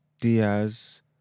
Diaz